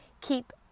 keep